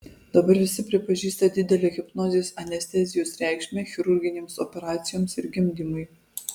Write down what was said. dabar visi pripažįsta didelę hipnozės anestezijos reikšmę chirurginėms operacijoms ir gimdymui